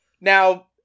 Now